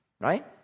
right